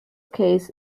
case